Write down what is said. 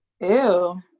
Ew